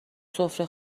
سفره